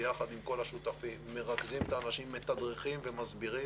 יחד עם כל השותפים ומרכזים את האנשים ומתדרכים ומסבירים.